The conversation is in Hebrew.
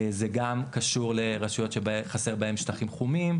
זה גם קשור לרשויות שחסר בהן שטחים חומים,